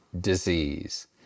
disease